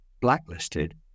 blacklisted